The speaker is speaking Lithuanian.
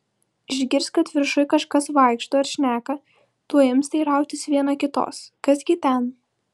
išgirs kad viršuj kažkas vaikšto ar šneka tuoj ims teirautis viena kitos kas gi ten